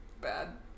bad